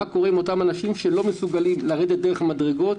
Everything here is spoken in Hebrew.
מה קורה עם אנשים שלא מסוגלים לרדת דרך המדרגות.